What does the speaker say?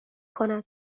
کند